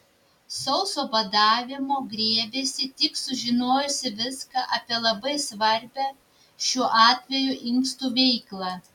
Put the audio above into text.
sauso badavimo griebėsi tik sužinojusi viską apie labai svarbią šiuo atveju inkstų veiklą